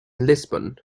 lisbon